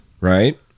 right